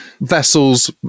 vessels